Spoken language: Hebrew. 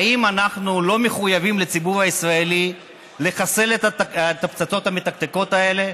האם אנחנו לא מחויבים לציבור הישראלי לחסל את הפצצות המתקתקות האלה?